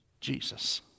Jesus